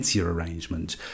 arrangement